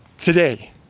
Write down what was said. today